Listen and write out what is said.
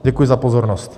Děkuji za pozornost.